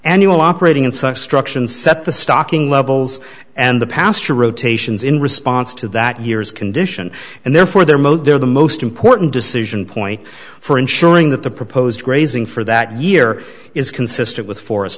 annual operating in such a structure and set the stocking levels and the pasture rotations in response to that years condition and therefore their mo their the most important decision point for ensuring that the proposed grazing for that year is consistent with forest